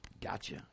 Gotcha